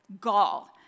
gall